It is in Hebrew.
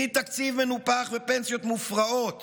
מתקציב מנופח ופנסיות מופרעות